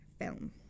film